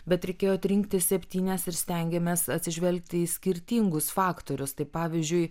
bet reikėjo atrinkti septynias ir stengėmės atsižvelgti į skirtingus faktorius tai pavyzdžiui